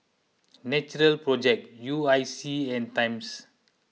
Natural Project U I C and Times